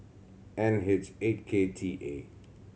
N H eight K T A